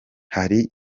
hari